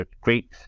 great